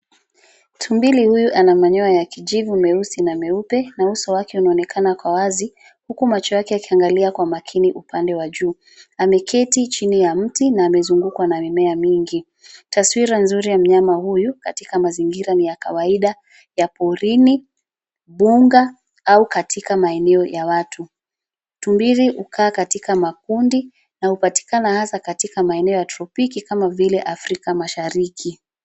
Tumbili huyu ana manyoya ya kijivu, meusi na meupi na uso wake unaonekana kwa wazi, huku macho yake yakiangalia kwa makini upande wa juu. Ameketi chini ya mti na amezungwa na mimea mingi. Taswira nzuri ya mnyama huyu katika mazingira ni ya kawaida ya porini, mbuga au katika maeneo ya watu. Tumbili hukaa katika makundi na hupatikana hasa katika maeneo ya tropiki kama vile Afrika Mashariki.